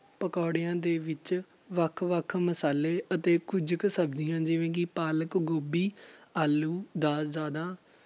ਪਕੌੜਿਆਂ ਦੇ ਵਿੱਚ ਵੱਖ ਵੱਖ ਮਸਾਲੇ ਅਤੇ ਕੁਝ ਕੁ ਸਬਜ਼ੀਆਂ ਜਿਵੇਂ ਕਿ ਪਾਲਕ ਗੋਭੀ ਆਲੂ ਦਾ ਜ਼ਿਆਦਾ